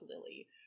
Lily